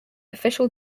official